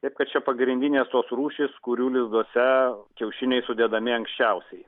taip kad čia pagrindinės tos rūšys kurių lizduose kiaušiniai sudedami anksčiausiai